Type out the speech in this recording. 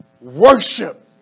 Worship